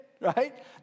right